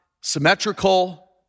symmetrical